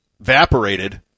evaporated